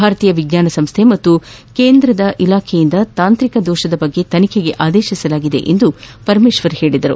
ಭಾರತೀಯ ವಿಜ್ಞಾನ ಸಂಸ್ಥೆ ಹಾಗೂ ಕೇಂದ್ರದ ಇಲಾಖೆಯಿಂದ ತಾಂತ್ರಿಕ ದೋಷದ ಬಗ್ಗೆ ತನಿಖೆಗೆ ಆದೇಶಿಸಲಾಗಿದೆ ಎಂದು ಪರಮೇಶ್ವರ್ ತಿಳಿಸಿದರು